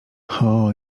hoooo